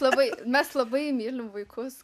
labai mes labai mylim vaikus